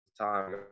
time